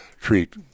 treat